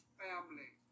family